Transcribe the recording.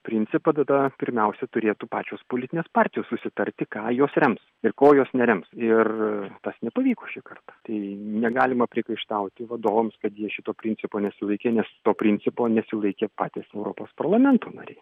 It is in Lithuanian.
principą tada pirmiausia turėtų pačios politinės partijos susitarti ką jos rems ir ko jos nerems ir tas nepavyko šį kartą tai negalima priekaištauti vadovams kad jie šito principo nesilaikė nes to principo nesilaikė patys europos parlamento nariai